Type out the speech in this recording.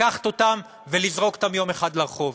לקחת אותם ולזרוק אותם יום אחד לרחוב.